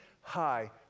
high